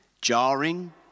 jarring